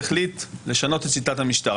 והחליט לשנות את שיטת המשטר.